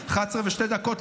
11:02,